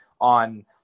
on